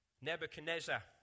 Nebuchadnezzar